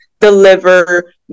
deliver